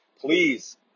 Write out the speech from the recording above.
please